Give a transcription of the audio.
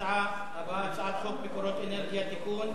להצעה הבאה, הצעת חוק מקורות אנרגיה (תיקון),